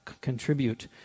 contribute